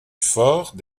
fort